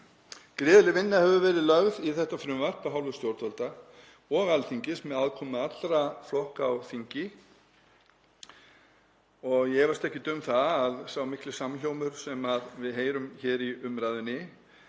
Gríðarleg vinna hefur verið lögð í þetta frumvarp af hálfu stjórnvalda og Alþingis með aðkomu allra flokka á þingi. Ég efast ekkert um að sá mikli samhljómur sem við heyrum hér í umræðunni